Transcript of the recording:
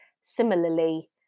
similarly